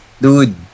Dude